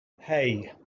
hey